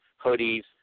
hoodies